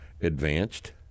advanced